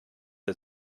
der